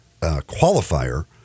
qualifier